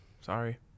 Sorry